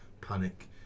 panic